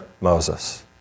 Moses